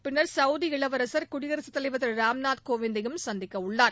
பின்னர் சவுதி இளவரசர் குடியரசுத்தலைவர் திரு ராம்நாத் கோவிந்தையும் சந்திக்கவுள்ளார்